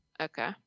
Okay